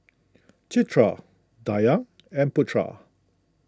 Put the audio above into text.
Citra Dayang and Putra